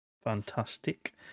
Fantastic